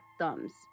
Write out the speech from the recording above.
thumbs